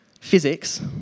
physics